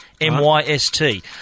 M-Y-S-T